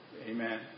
Amen